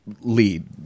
lead